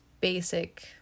basic